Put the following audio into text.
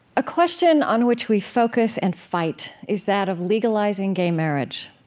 a question on which we focus and fight is that of legalizing gay marriage.